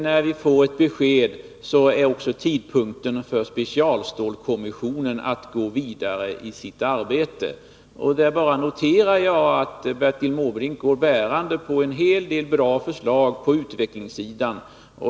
När vi får ett besked är tidpunkten inne för specialstålskommissionen att gå vidare i sitt arbete. Jag noterar att Bertil Måbrink går och bär på en hel del goda förslag när det gäller utvecklingssidan.